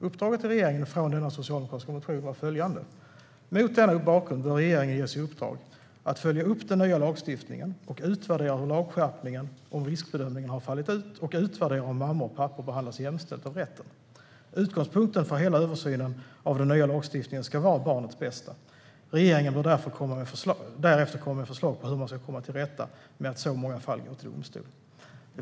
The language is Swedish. Uppdraget till regeringen skulle enligt denna socialdemokratiska motion vara följande: "Mot denna bakgrund bör regeringen ges i uppdrag att följa upp den nya lagstiftningen och utvärdera hur lagskärpningen om riskbedömningarna fallit ut och utvärdera om mammor och pappor behandlas jämställt av rätten. Utgångspunkten för hela översynen av den nya lagstiftningen ska vara barnets bästa. Regeringen bör därefter komma med förslag på hur man ska komma till rätta med att så många fall går till domstol."